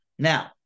Now